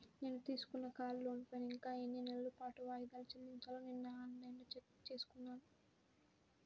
నేను తీసుకున్న కారు లోనుపైన ఇంకా ఎన్ని నెలల పాటు వాయిదాలు చెల్లించాలో నిన్నఆన్ లైన్లో చెక్ చేసుకున్నాను